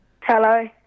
Hello